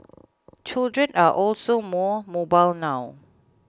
children are also more mobile now